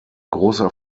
großer